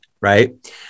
right